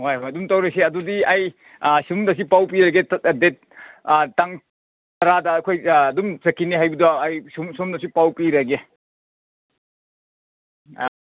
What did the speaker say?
ꯍꯣꯏ ꯍꯣꯏ ꯑꯗꯨꯝ ꯇꯧꯔꯁꯦ ꯑꯗꯨꯗꯤ ꯑꯩ ꯁꯣꯝꯗꯁꯨ ꯄꯥꯎ ꯄꯤꯔꯒꯦ ꯗꯦꯠ ꯇꯥꯡ ꯇꯔꯥꯗ ꯑꯩꯈꯣꯏ ꯑꯗꯨꯝ ꯆꯠꯀꯅꯤ ꯍꯥꯏꯕꯗꯣ ꯑꯩ ꯁꯣꯝꯗꯁꯨ ꯄꯥꯎ ꯄꯤꯔꯒꯦ ꯑꯥ